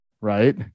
Right